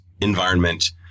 environment